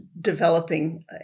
developing